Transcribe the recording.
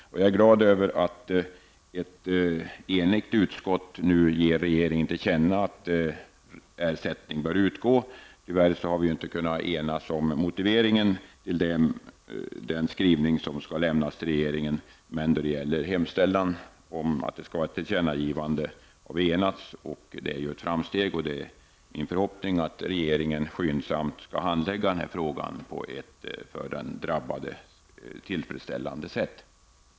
Jag är glad över att ett enigt utskott nu vill att riksdagen skall ge regeringen till känna att ersättning bör utgå. Tyvärr har vi inte kunnat enas om motiveringen i den skrivning som skall överlämnas till regeringen. Däremot har vi enats om hemställan om ett tillkännagivande till regeringen. Det är ett framsteg, och det är min förhoppning att regeringen skyndsamt skall handlägga den här frågan på ett för den drabbade tillfredsställande sätt.